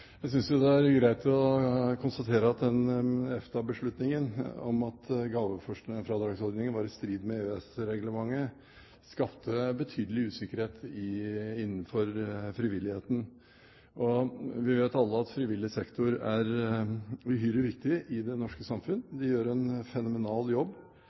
Jeg synes det er greit å konstatere at EFTA-beslutningen om at gavefradragsordningen var i strid med EØS-reglementet skapte betydelig usikkerhet innenfor frivilligheten. Vi vet alle at frivillig sektor er uhyre viktig i det norske samfunn. De gjør en fenomenal jobb